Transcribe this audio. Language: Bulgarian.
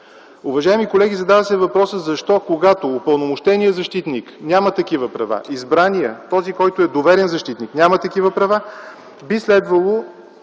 Уважаеми колеги, задава се въпросът: защо, когато упълномощеният защитник, избраният – този, който е доверен защитник, няма такива права, би следвало